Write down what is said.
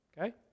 okay